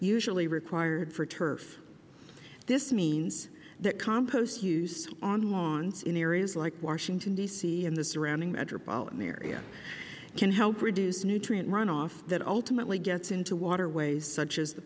usually required for turf this means that compost use on lawns in areas like washington d c and the surrounding metropolitan area can help reduce nutrient runoff that ultimately gets into water waste such as the